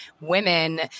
women